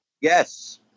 Yes